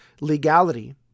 legality